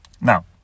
Now